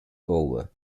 over